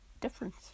difference